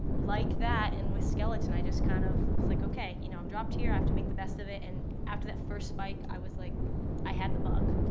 like that and with skeleton, i just kind of like, okay, you know i'm dropped here, i have to make the best of it. and after that first spike, i was like i had the bug.